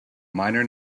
minor